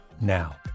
now